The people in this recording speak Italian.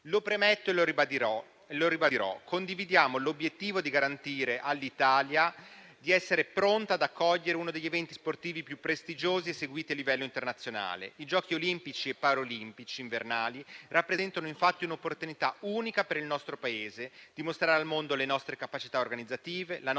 Lo premetto e lo ribadirò: condividiamo l'obiettivo di garantire all'Italia di essere pronta ad accogliere uno degli eventi sportivi più prestigiosi e seguiti a livello internazionale. I Giochi olimpici e paralimpici invernali rappresentano infatti un'opportunità unica per il nostro Paese di mostrare al mondo le nostre capacità organizzative, la nostra cultura sportiva,